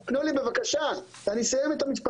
לא, לא, תנו לי לסיים את המשפט.